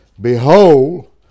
Behold